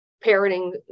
parroting